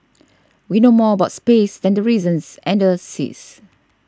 we know more about space than the reasons and the seas